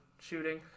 shooting